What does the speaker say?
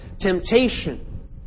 Temptation